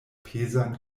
pezan